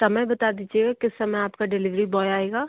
समय बता दीजिए किस समय आपका डिलेवरी बॉय आएगा